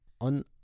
on